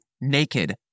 naked